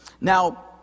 Now